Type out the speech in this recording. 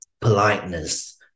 politeness